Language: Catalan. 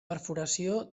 perforació